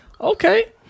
okay